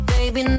Baby